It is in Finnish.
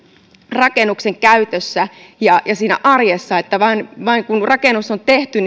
rakennuksen käytössä ja siinä arjessa etteivät perävalot vain vilku sen jälkeen kun rakennus on tehty